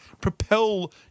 propel